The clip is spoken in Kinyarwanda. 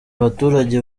abaturage